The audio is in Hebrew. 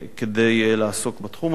כדי לעסוק בתחום הזה,